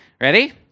Ready